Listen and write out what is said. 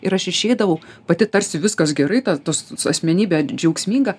ir aš išeidavau pati tarsi viskas gerai ta tos asmenybė džiaugsminga